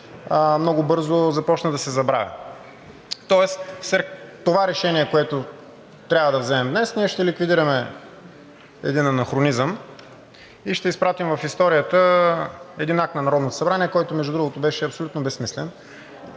много бързо започна да се забравя. Тоест след това решение, което трябва да вземем днес, ние ще ликвидираме един анахронизъм и ще изпратим в историята един акт на Народното събрание, който между другото беше абсолютно безсмислен.